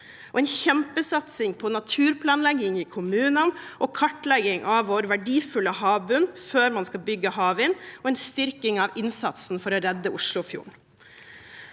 en kjempesatsing på naturplanlegging i kommunene og kartlegging av vår verdifulle havbunn før man skal bygge havvind, og en styrking av innsatsen for å redde Oslofjorden.